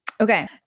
Okay